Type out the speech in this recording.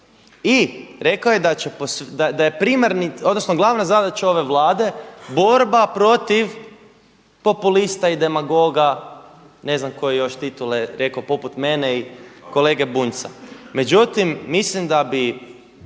i rekao je da je primarni odnosna glavna zadaća ove Vlade borba protiv populista i demagoga i ne znam koje je još titule rekao, poput mene i kolege Bunjca. Međutim, mislim da bi